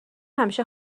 همیشه